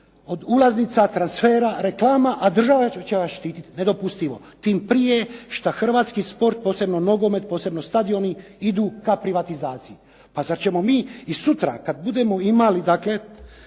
od ulaznica, transfera, reklama, a država će vas štititi. Nedopustivo. Tim prije što hrvatski sport, posebno nogomet, posebno stadioni idu ka privatizaciji. A zar ćemo mi i sutra kad budemo imali dakle